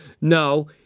no